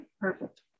perfect